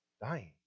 dying